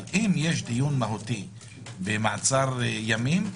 אבל אם יש דיון מהותי במעצר ימים,